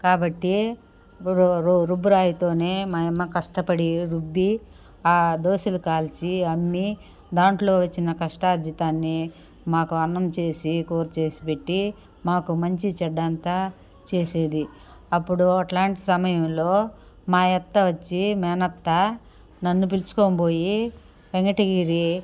కాబట్టి రు రు రుబ్బురాయితోనే మాయమ్మ కష్టపడి రుబ్బి దోశలు కాల్చి అమ్మి దాంట్లో వచ్చిన కష్టార్జీతాన్ని మాకు అన్నం చేసి కూర చేసి పెట్టి మాకు మంచి చెడ్డ అంతా చేసేది అప్పుడు అట్లాంటి సమయంలో మా అత్త వచ్చి మేనత్తా నన్ను పిలుచుకొని పోయి వెంకటగిరి